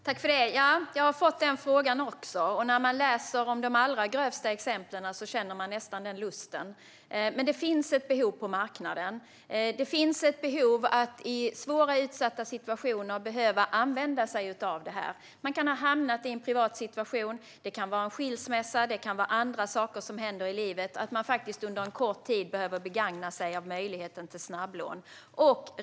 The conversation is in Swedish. Herr talman! Jag har också fått den frågan, och när man läser om de allra grövsta exemplen känner man nästan den lusten. Men det finns ett behov på marknaden. Det finns ett behov av att i svåra, utsatta situationer kunna använda sig av det här. Man kan ha hamnat i en privat situation - en skilsmässa eller andra saker som händer i livet - som gör att man faktiskt under en kort tid behöver begagna sig av möjligheten till snabblån.